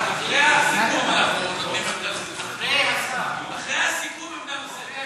אחרי הסיכום, אחרי הסיכום עמדה נוספת.